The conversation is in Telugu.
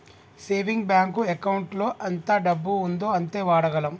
సేవింగ్ బ్యాంకు ఎకౌంటులో ఎంత డబ్బు ఉందో అంతే వాడగలం